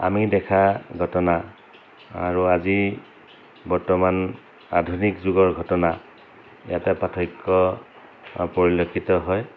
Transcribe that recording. আমি দেখা ঘটনা আৰু আজি বৰ্তমান আধুনিক যুগৰ ঘটনা ইয়াতে পাৰ্থক্য পৰিলক্ষিত হয়